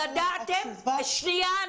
ידעתם --- התשובה --- שנייה,